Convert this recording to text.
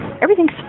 Everything's